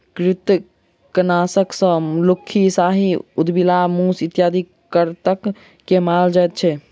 कृंतकनाशक सॅ लुक्खी, साही, उदबिलाइ, मूस इत्यादि कृंतक के मारल जाइत छै